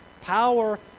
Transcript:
power